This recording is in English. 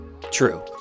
True